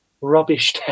rubbish